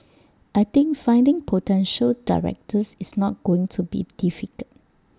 I think finding potential directors is not going to be difficult